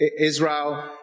Israel